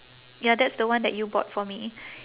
ya that's the one that you bought for me